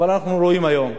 אבל אנחנו רואים היום,